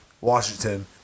Washington